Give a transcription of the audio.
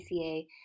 PCA